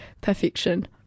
perfection